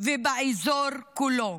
ובאזור כולו.